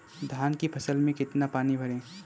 धान की फसल में कितना पानी भरें?